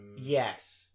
Yes